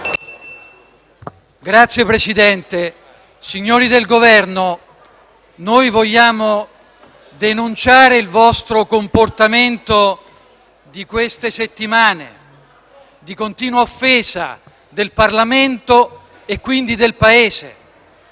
Signor Presidente, signori del Governo, vogliamo denunciare il vostro comportamento di queste settimane di continua offesa del Parlamento, quindi del Paese,